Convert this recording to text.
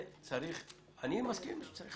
אני מסכים שצריך